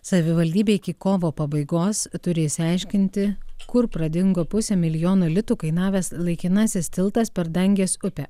savivaldybė iki kovo pabaigos turi išsiaiškinti kur pradingo pusę milijono litų kainavęs laikinasis tiltas per dangės upę